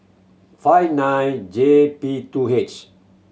five nine J P two H